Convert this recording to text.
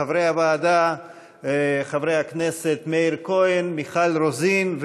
חברי הוועדה חברי הכנסת מאיר כהן ומיכל רוזין,